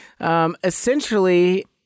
essentially